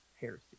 heresy